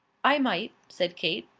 i might, said kate.